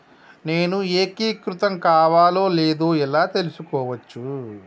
నేను ఏకీకృతం కావాలో లేదో ఎలా తెలుసుకోవచ్చు?